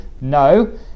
No